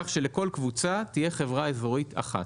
כך שלכל קבוצה תהיה חברה אזורית אחת,